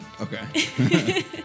Okay